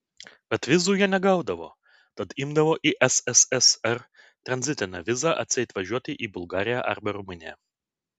bet vizų jie negaudavo tad imdavo į sssr tranzitinę vizą atseit važiuoti į bulgariją arba rumuniją